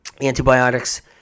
Antibiotics